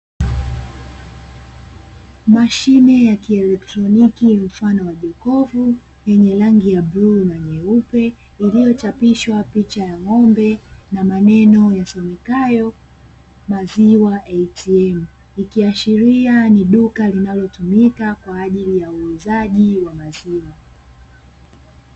Mashine ya kielektroniki mfano wa jokofu yenye rangi ya bluu na nyeupe, iliochapishwa picha ya ng'ombe na maneno yasomekayo "maziwa ATM". Likiashiria ni duka linalotumika kwa ajili ya uuzaji wa maziwa.